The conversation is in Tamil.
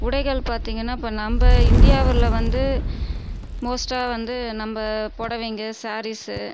உடைகள் பார்த்தீங்கன்னா இப்ப நம்ப இந்தியாவில் வந்து மோஸ்ட்டாக வந்து நம்ப புடவைங்க சாரீஸ்